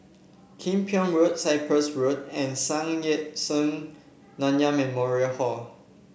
Kim Pong Road Cyprus Road and Sun Yat Sen Nanyang Memorial Hall